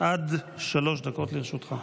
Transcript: עד שלוש דקות לרשותך.